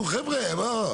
נו, חבר'ה, מה?